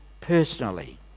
personally